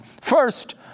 first